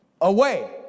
away